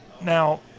Now